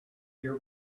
your